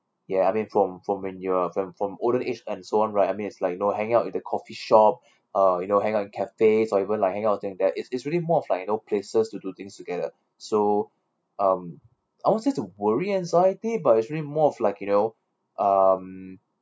ya I mean from from when you're from from olden age and so on right I mean it's like you know hanging out in the coffee shop uh you know hanging out in cafes or even like hang out thing like that it's it's really more of like you know places to do things together so um I won't say to worry anxiety but it's really more of like you know um